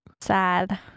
sad